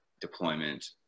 deployment